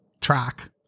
track